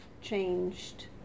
changed